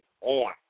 on